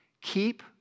Keep